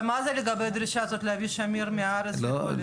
אבל מה לגבי הדרישה הזו להביא שמיר מהארץ וכו'?